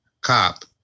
cop